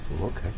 Okay